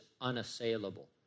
unassailable